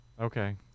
Okay